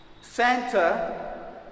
Santa